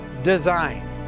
Design